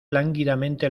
lánguidamente